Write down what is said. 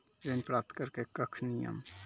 ऋण प्राप्त करने कख नियम?